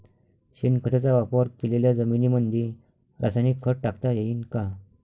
शेणखताचा वापर केलेल्या जमीनीमंदी रासायनिक खत टाकता येईन का?